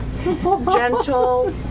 gentle